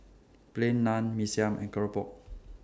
Plain Naan Mee Siam and Keropok